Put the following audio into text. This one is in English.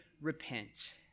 repent